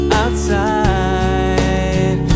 outside